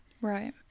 Right